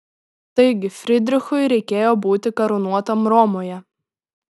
taigi frydrichui reikėjo būti karūnuotam romoje